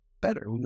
better